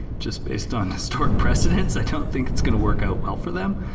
just based on historic precedents. i don't think it's going to work out well for them.